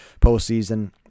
postseason